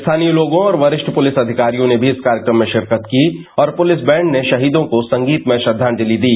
स्थानीय लोगों और वरिष्ठ पुलिस अधिकारियों ने भी इस कार्यक्रम में शिरकत की और पुलिस बैंड ने शहीदों को संगीतमय श्रद्वांजलि दी